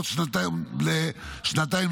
בעוד שנתיים נוספות.